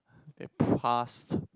it past